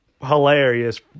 hilarious